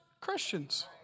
Christians